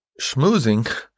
schmoozing